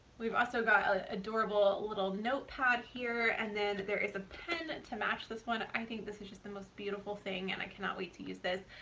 we've also got an adorable little notepad here and then there is a pen to match this one. i think this is just the most beautiful thing and i cannot wait to use this.